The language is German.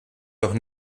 doch